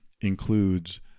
includes